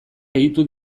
gehitu